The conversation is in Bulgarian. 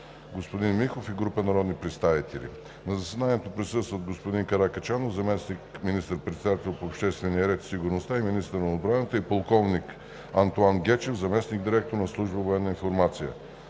господин Михов и група народни представители на 16 юли 2019 г. На заседанието присъстват: господин Красимир Каракачанов – заместник министър-председател по обществения ред и сигурността и министър на отбраната, и полковник Антоан Гечев – заместник- директор на служба „Военна информация“.